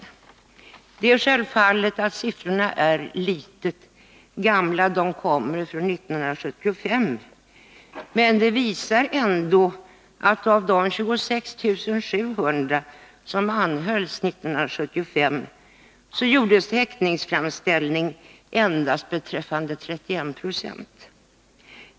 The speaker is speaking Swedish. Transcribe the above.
Det är självklart att siffrorna är litet gamla, de är från 1975, men de visar ändå att av de 26 700 som anhölls 1975 gjordes häktningsframställning endast beträffande 31 20.